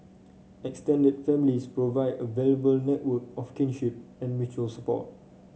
extended families provide a valuable network of kinship and mutual support